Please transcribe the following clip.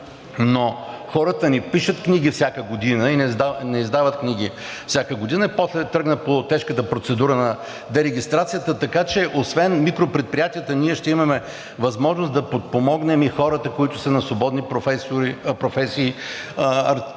но хората не пишат книги всяка година и не издават книги всяка година, после тръгна по тежката процедура на дерегистрацията. Така че освен микропредприятията ние ще имаме възможност да подпомогнем и хората, които са на свободни професии, освен